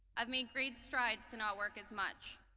i've made great strides to now work as much.